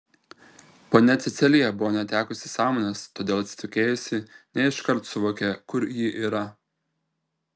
ponia cecilija buvo netekusi sąmonės todėl atsitokėjusi ne iškart suvokė kur ji yra